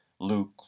Luke